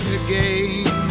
again